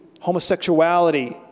homosexuality